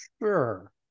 Sure